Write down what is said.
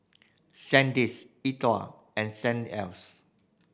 Sandisk E Twow and Saint Else